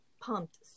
pumped